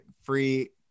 free